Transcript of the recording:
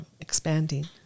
expanding